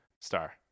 Star